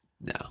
No